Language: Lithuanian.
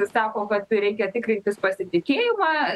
sako kad reikia tikrintis pasitikėjimą